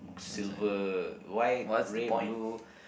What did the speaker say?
silver white red blue